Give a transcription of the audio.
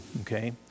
okay